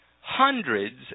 hundreds